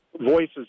voices